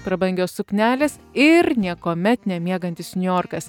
prabangios suknelės ir niekuomet nemiegantis niujorkas